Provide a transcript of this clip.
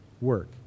work